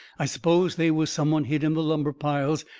i s'pose they was some one hid in the lumber piles,